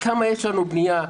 כמה בנייה יש לנו.